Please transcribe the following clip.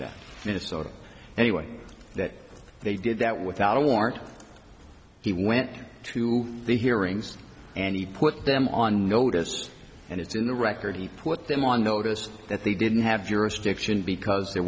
that minnesota anyway that they did that without a warrant he went to the hearings and he put them on notice and it's in the record he put them on notice that they didn't have jurisdiction because there